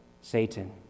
Satan